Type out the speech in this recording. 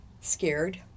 scared